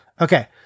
Okay